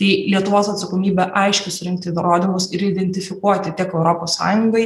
tai lietuvos atsakomybė aiškius rinkti nurodymus ir identifikuoti tiek europos sąjungai